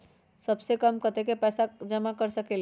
सबसे कम कतेक पैसा जमा कर सकेल?